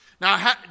Now